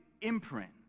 imprint